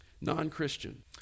non-Christian